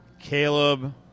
Caleb